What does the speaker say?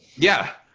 yeah!